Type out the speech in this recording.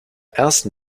ersten